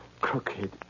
crooked